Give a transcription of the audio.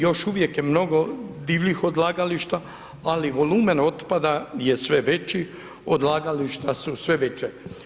Još uvijek je mnogo divljih odlagališta ali volumen otpada je sve veći, odlagališta su sve veća.